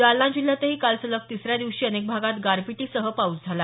जालना जिल्ह्यातही काल सलग तिसऱ्या दिवशी अनेक भागात गारपिटीसह पाऊस झाला